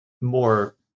more